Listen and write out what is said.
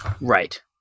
Right